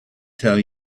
tell